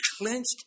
clenched